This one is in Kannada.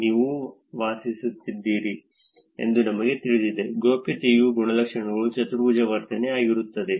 ನೀವು ಎಲ್ಲಿ ವಾಸಿಸುತ್ತಿದ್ದೀರಿ ಎಂದು ನಮಗೆ ತಿಳಿದಿದೆ ಗೌಪ್ಯತೆಯ ಗುಣಲಕ್ಷಣಗಳು ಚತುರ್ಭುಜ ವರ್ತನೆ ಆಗಿರುತ್ತದೆ